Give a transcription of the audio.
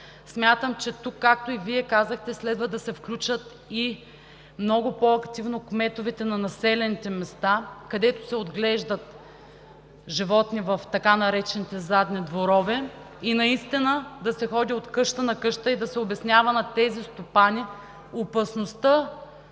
Смятам, че тук, както и Вие казахте, следва да се включат много по-активно кметовете на населените места, където се отглеждат животни в така наречените задни дворове, и наистина да се ходи от къща на къща и да се обяснява на тези стопани за опасността,